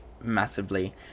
massively